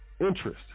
interest